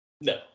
No